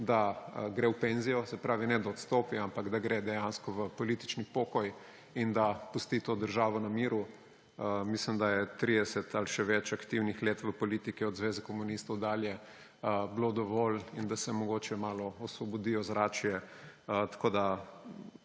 da gre v penzijo, se pravi, ne da odstopi, ampak da gre dejansko v politični pokoj in da pusti to državo na miru. Mislim, da je bilo 30 ali še več aktivnih let v politiki od zveze komunistov dalje dovolj in da se mogoče malo osvobodi ozračje. Tako da